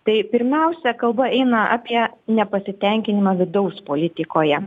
tai pirmiausia kalba eina apie nepasitenkinimą vidaus politikoje